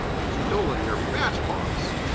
stolen your matchbox?